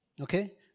Okay